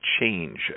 change